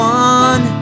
one